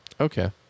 Okay